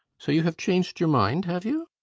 so you have changed your mind, have you?